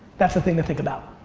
that's the thing to think about.